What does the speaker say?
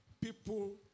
people